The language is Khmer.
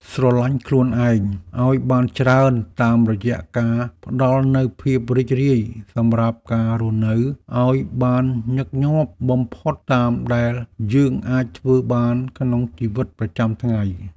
ស្រឡាញ់ខ្លួនឯងឱ្យបានច្រើនតាមរយៈការផ្ដល់នូវភាពរីករាយសម្រាប់ការរស់នៅឱ្យបានញឹកញាប់បំផុតតាមដែលយើងអាចធ្វើបានក្នុងជីវិតប្រចាំថ្ងៃ។